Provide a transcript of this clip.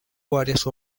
varias